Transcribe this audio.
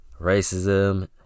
racism